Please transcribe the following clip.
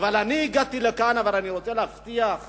אבל אני הגעתי לכאן ואני רוצה להבטיח